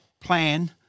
plan